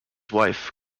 wife